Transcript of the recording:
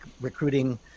recruiting